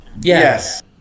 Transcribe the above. Yes